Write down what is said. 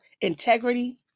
integrity